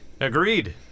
Agreed